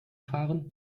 fahren